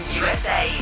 usa